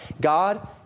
God